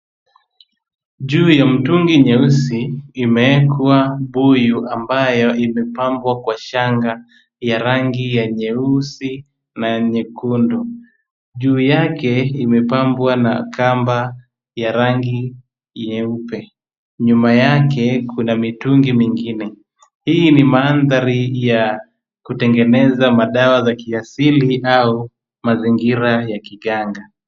Juu ya mtungi nyeusi, imeekwa buyu ambayo imepambwa kwa shanga ya rangi ya nyeusi na ya nyekundu. Juu yake imepambwa na kamba ya rangi nyeupe. Nyuma yake kuna mitungi mingine. Hii ni mandhari ya kutengeneza madawa za kiasili au mazingira ya kiganga.